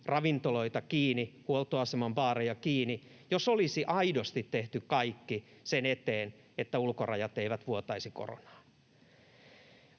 ravintoloita kiinni ja huoltoaseman baareja kiinni, jos olisi aidosti tehty kaikki sen eteen, että ulkorajat eivät vuotaisi koronaa.